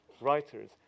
writers